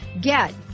Get